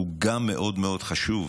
גם הוא מאוד מאוד חשוב.